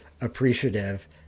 appreciative